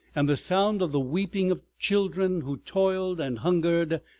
and the sound of the weeping of children who toiled and hungered,